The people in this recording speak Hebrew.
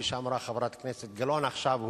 כפי שאמרה חברת הכנסת גלאון עכשיו,